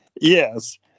Yes